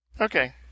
Okay